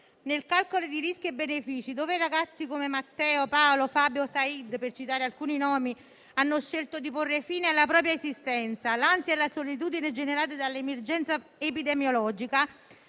Nel calcolo di rischi e benefici, in cui ragazzi come Matteo, Paolo, Fabio o Said - per citare alcuni nomi - hanno scelto di porre fine alla propria esistenza, l'ansia e la solitudine generate dall'emergenza epidemiologica,